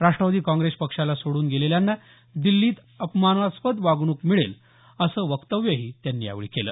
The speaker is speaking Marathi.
राष्ट्रवादी काँग्रेस पक्षाला सोडून गेलेल्यांना दिल्लीत अपमानास्प्द वागणूक मिळेल असं वक्तव्यही त्यांनी यावेळी केलं